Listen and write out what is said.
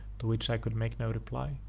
to which i could make no reply.